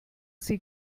sie